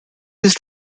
this